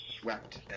swept